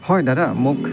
হয় দাদা মোক